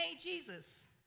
Jesus